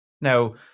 Now